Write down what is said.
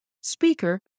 speaker